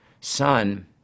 son